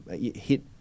hit